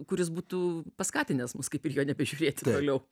kuris būtų paskatinęs mus kaip ir jo nebežiūrėti toliau